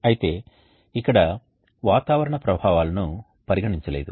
అయితే ఇక్కడ వాతావరణ ప్రభావాలను పరిగణించలేదు